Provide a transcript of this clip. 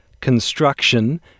construction